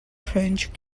french